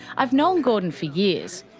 i've known gordon for years,